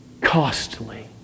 costly